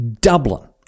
Dublin